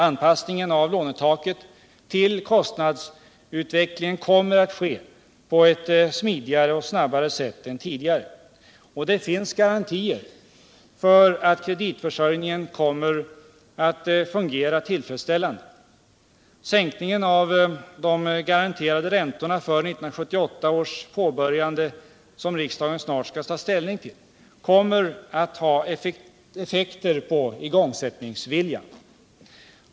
Anpassningen av lånetaket till kostnadsutvecklingen kommer att ske på ett snabbare och smidigare sätt än tidigare, och det finns garantier för att kreditförsörjningen kommer att fungera tillfredsställande. Sänkningen av de garanterade räntorna för det bostadsbyggande som påbörjas 1978, ett förslag som riksdagen snart skall ta ställning till, kommer att ha effekter på igångsättningsviljan.